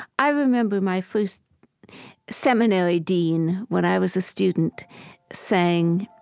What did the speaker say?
i remember my first seminary dean when i was a student saying,